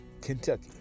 kentucky